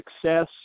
success